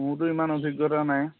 মোৰতো ইমান অভিজ্ঞতা নাই